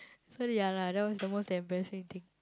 so ya lah that was the most embarrassing thing